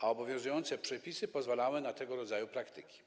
A obowiązujące przepisy pozwalały na tego rodzaju praktyki.